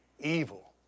Evil